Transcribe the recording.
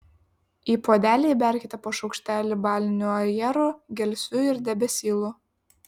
į puodelį įberkite po šaukštelį balinių ajerų gelsvių ir debesylų